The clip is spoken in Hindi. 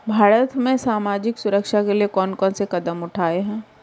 भारत में सामाजिक सुरक्षा के लिए कौन कौन से कदम उठाये हैं?